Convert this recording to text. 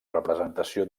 representació